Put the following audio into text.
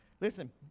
Listen